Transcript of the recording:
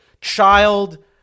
child